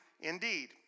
indeed